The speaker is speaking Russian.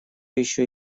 еще